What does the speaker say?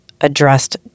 addressed